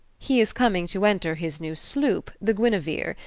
he is coming to enter his new sloop, the guinevere,